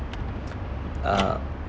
uh